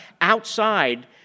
Outside